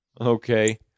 okay